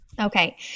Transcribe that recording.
Okay